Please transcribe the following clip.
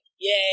yay